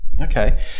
Okay